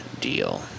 deal